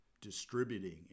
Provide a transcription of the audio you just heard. distributing